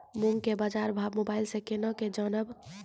मूंग के बाजार भाव मोबाइल से के ना जान ब?